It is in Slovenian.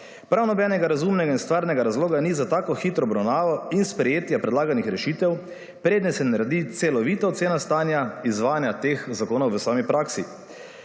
Prav nobenega razumnega in stvarnega razloga ni za tako hitro obravnavo in sprejetje predlaganih rešitev preden se naredi celovita ocena stanja izvajanja teh zakonov v sami praksi.